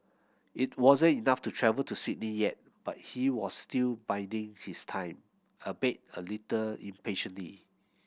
it wasn't enough to travel to Sydney yet but he was still biding his time albeit a little impatiently